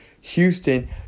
Houston